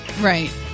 Right